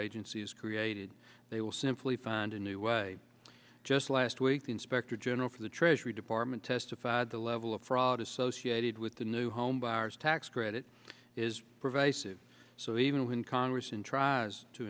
agency is created they will simply find a new way just last week the inspector general for the treasury department testified the level of fraud associated with the new homebuyers tax credit is pervasive so even when congress and tries to